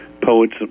Poets